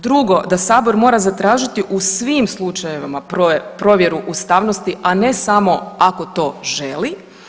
Drugo da sabor mora zatražiti u svim slučajevima provjeru ustavnosti, a ne samo ako to želi.